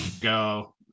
go